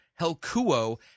helkuo